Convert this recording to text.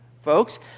Folks